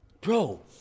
Bro